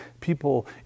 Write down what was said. people